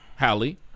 Hallie